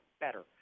better